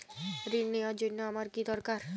ঋণ নেওয়ার জন্য আমার কী দরকার?